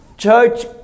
Church